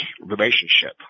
relationship